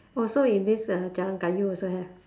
also in this uh jalan-kayu also have